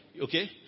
Okay